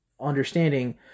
understanding